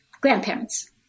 grandparents